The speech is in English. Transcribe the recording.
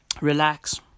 relax